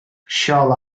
shall